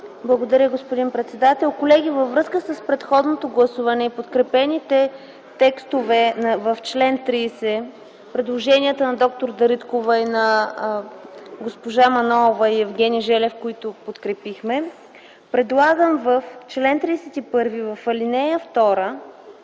Благодаря, господин председател. Колеги, във връзка с предходното гласуване и подкрепените текстове в чл. 30 – предложенията на д-р Дариткова и на народните представители Мая Манолова и Евгений Желев, които подкрепихме, предлагам в чл. 31, ал. 2